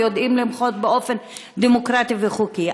ויודעים למחות באופן דמוקרטי וחוקי.